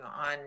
on